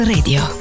Radio